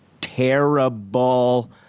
terrible